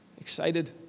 excited